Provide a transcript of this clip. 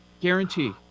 Guarantee